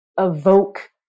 evoke